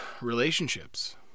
relationships